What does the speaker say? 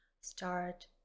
start